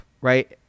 right